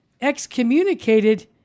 excommunicated